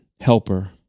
helper